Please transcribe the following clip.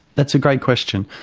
that's a great question.